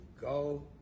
Go